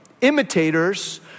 imitators